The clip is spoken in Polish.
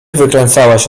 wykręcałaś